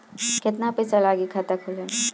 केतना पइसा लागी खाता खोले में?